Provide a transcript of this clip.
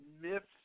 myths